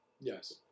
Yes